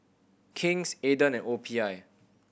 King's Aden and O P I